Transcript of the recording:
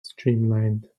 streamlined